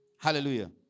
Hallelujah